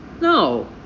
no